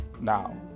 Now